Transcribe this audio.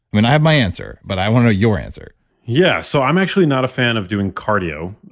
i mean, i have my answer, but i want your answer yeah, so i'm actually not a fan of doing cardio.